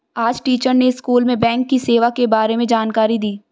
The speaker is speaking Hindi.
आज टीचर ने स्कूल में बैंक की सेवा के बारे में जानकारी दी